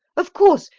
of course,